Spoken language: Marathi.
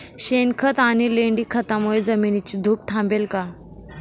शेणखत आणि लेंडी खतांमुळे जमिनीची धूप थांबेल का?